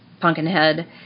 Pumpkinhead